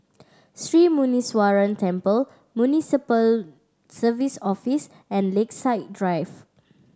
Sri Muneeswaran Temple Municipal Services Office and Lakeside Drive